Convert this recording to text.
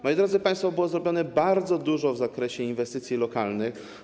Moi drodzy państwo, było zrobione bardzo dużo w zakresie inwestycji lokalnych.